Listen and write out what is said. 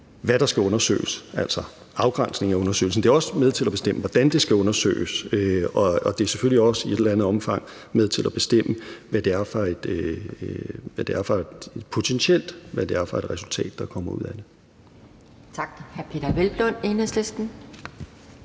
hvad der skal undersøges, altså afgrænsningen af undersøgelsen. Det er også med til at bestemme, hvordan det skal undersøges. Og det er selvfølgelig også i et eller andet omfang med til at bestemme, hvad det potentielt er for et resultat, der kommer ud af det.